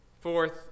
Fourth